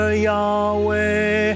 Yahweh